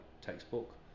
textbook